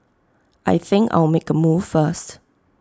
I think I'll make A move first